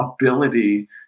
ability